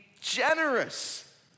generous